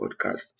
podcast